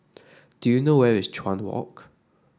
do you know where is Chuan Walk